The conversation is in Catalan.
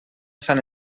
sant